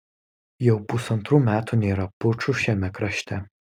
jau pusantrų metų nėra pučų šiame krašte